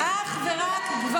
מה זה קשור?